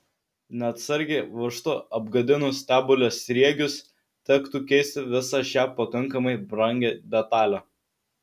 neatsargiai varžtu apgadinus stebulės sriegius tektų keisti visą šią pakankamai brangią detalę